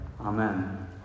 Amen